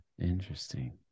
Interesting